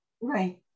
right